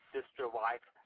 sister-wife